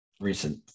recent